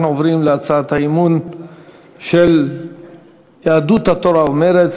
אנחנו עוברים להצעת האי-אמון של יהדות התורה ומרצ,